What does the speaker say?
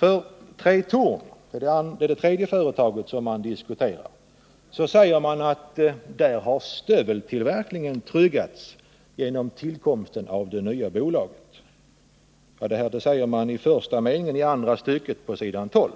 vid den tidpunkten. Beträffande Tretorn AB, som är det tredje företaget som diskuteras, säger man att stöveltillverkningen har tryggats genom tillkomsten av det nya bolaget. Detta sägs i utskottsbetänkandet på s. 12, andra stycket, första meningen.